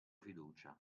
fiducia